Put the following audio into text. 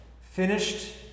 finished